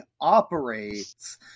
operates –